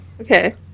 Okay